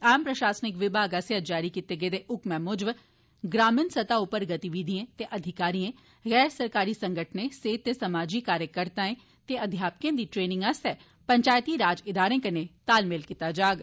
आम प्रशासनिक विभाग आस्सेआ जारी कीते गेदे इक हुक्मै मुजब ग्रामीण सतह उप्पर गतिविधिएं ते अधिकारिएं गैर सरकारी संगठनें सेहत ते समाजी कार्जकर्त्ताएं ते अध्यापकें दी ट्रेनिंग आस्तै पंचायती राज इदारें कन्नै तालमेल कीता जाग